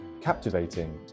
Captivating